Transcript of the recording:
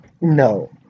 No